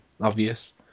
obvious